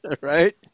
Right